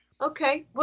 Okay